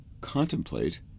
contemplate